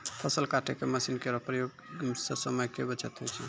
फसल काटै के मसीन केरो प्रयोग सें समय के बचत होय छै